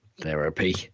therapy